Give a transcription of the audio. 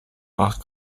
acht